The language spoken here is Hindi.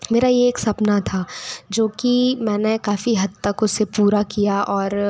मेरा ये एक सपना था जो कि मैंने काफ़ी हद्द तक उसे पूरा किया और